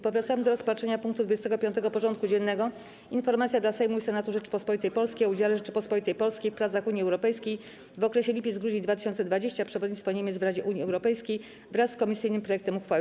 Powracamy do rozpatrzenia punktu 25. porządku dziennego: Informacja dla Sejmu i Senatu Rzeczypospolitej Polskiej o udziale Rzeczypospolitej Polskiej w pracach Unii Europejskiej w okresie lipiec-grudzień 2020 r. (przewodnictwo Niemiec w Radzie Unii Europejskiej) wraz z komisyjnym projektem uchwały.